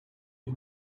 you